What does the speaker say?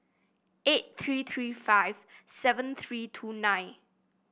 eight three three five seven three two nine